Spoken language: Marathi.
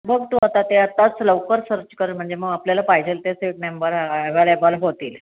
बघ तू आता ते आताच लवकर सर्च कर म्हणजे मग आपल्याला पाहिजे ते सीट नेंबर अवलेबल होतील